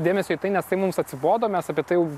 dėmesio į tai nes tai mums atsibodo mes apie tai jau